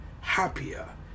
happier